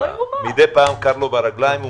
כשקר לו ברגליים,